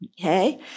Okay